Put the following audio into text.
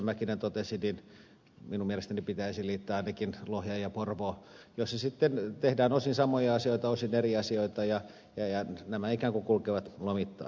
mäkinen totesi minun mielestäni pitäisi liittää ainakin lohja ja porvoo joissa sitten tehdään osin samoja asioita osin eri asioita ja nämä ikään kuin kulkevat lomittain